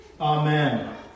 Amen